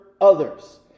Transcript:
others